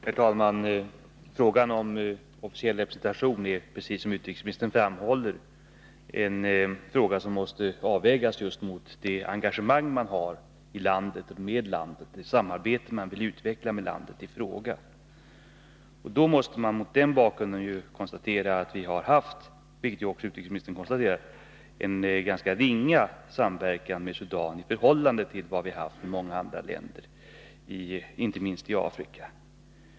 Herr talman! Frågan om officiell representation är just, som utrikesministern framhåller, en fråga som måste avvägas mot det engagemang man har i landet och det samarbete som man vill utveckla med landet. Mot den bakgrunden måste man konstatera att vi — vilket också utrikesministern konstaterade — har haft en ganska ringa samverkan med Sudan i förhållande till vårt samarbete med många andra länder, inte minst i Afrika.